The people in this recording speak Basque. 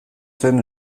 zen